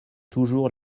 toujours